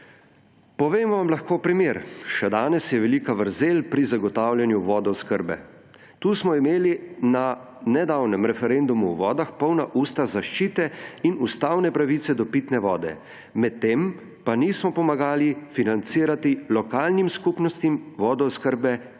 Povem vam lahko primer, še danes je velika vrzel pri zagotavljanju vodooskrbe. Tu smo imeli na nedavnem referendumu o vodah polna usta zaščite in ustavne pravice do pitne vode, medtem pa nismo pomagali financirati lokalnim skupnostim vodooskrbe krajem,